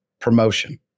promotion